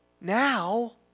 now